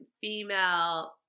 female